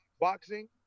boxing